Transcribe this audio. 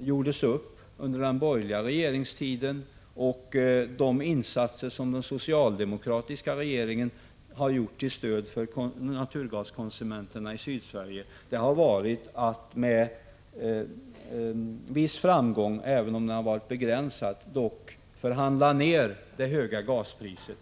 gjordes upp under den borgerliga regeringstiden, och de insatser som den socialdemokratiska regeringen har gjort till stöd för naturgaskonsumenterna i Sydsverige har bestått i att med viss framgång — den har varit begränsad — med danskarna förhandla ner det höga gaspriset.